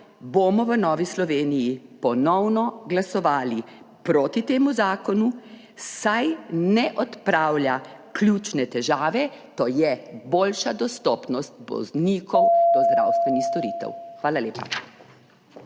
bomo v Novi Sloveniji ponovno glasovali proti temu zakonu, saj ne odpravlja ključne težave, to je boljša dostopnost bolnikov do zdravstvenih storitev. Hvala lepa.